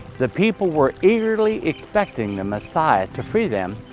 the people were eagerly expecting the messiah to free them,